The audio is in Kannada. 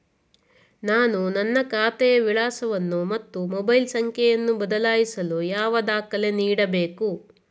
ನಾನು ನನ್ನ ಖಾತೆಯ ವಿಳಾಸವನ್ನು ಮತ್ತು ಮೊಬೈಲ್ ಸಂಖ್ಯೆಯನ್ನು ಬದಲಾಯಿಸಲು ಯಾವ ದಾಖಲೆ ನೀಡಬೇಕು?